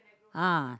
ah